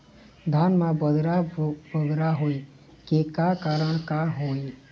धान म बदरा बगरा होय के का कारण का हवए?